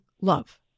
love